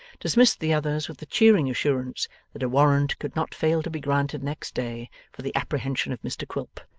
dismissed the others with the cheering assurance that a warrant could not fail to be granted next day for the apprehension of mr quilp,